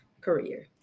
career